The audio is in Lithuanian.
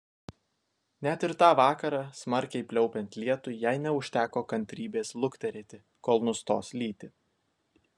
net ir tą vakarą smarkiai pliaupiant lietui jai neužteko kantrybės lukterėti kol nustos lyti